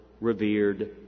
revered